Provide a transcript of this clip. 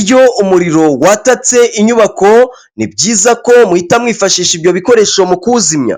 iyo umuriro watatse inyubako ni byiza ko muhita mwifashisha ibyo bikoresho mu kuwuzimya .